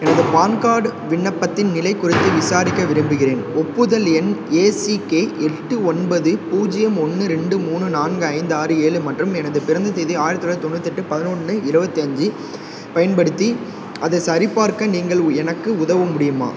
எனது PAN card விண்ணப்பத்தின் நிலை குறித்து விசாரிக்க விரும்புகிறேன் ஒப்புதல் எண் ஏசிகே எட்டு ஒன்பது பூஜ்யம் ஒன்று ரெண்டு மூணு நான்கு ஐந்து ஆறு ஏழு மற்றும் எனது பிறந்த தேதி ஆயிரத்தி தொள்ளாயிரத்தி தொண்ணூற்றி எட்டு பதினொன்று இருபத்தி அஞ்சு பயன்படுத்தி அதைச் சரிபார்க்க நீங்கள் எனக்கு உதவ முடியுமா